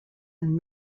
and